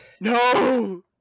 No